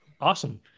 Awesome